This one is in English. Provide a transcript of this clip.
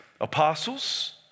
Apostles